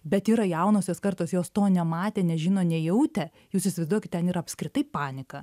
bet yra jaunosios kartos jos to nematė nežino nejautę jūs įsivaizduokit ten yra apskritai panika